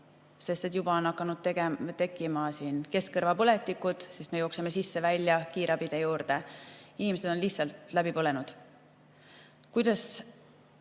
Juba on hakanud tekkima keskkõrvapõletikud, sest me jookseme sisse-välja kiirabiautode juurde. Inimesed on lihtsalt läbi põlenud. Kuidas